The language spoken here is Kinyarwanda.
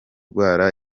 ndwara